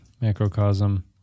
Macrocosm